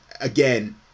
again